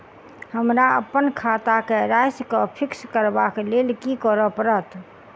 हमरा अप्पन खाता केँ राशि कऽ फिक्स करबाक लेल की करऽ पड़त?